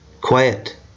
Quiet